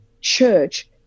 church